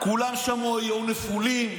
כולם שם היו נפולים.